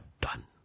done